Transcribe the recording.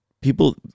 people